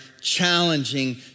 challenging